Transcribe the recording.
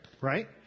right